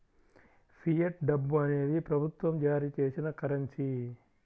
fiat డబ్బు అనేది ప్రభుత్వం జారీ చేసిన కరెన్సీ